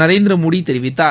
நரேந்திரமோடி தெரிவித்தார்